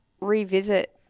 revisit